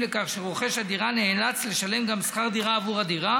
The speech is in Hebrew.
לכך שרוכש הדירה נאלץ לשלם גם שכר דירה עבור הדירה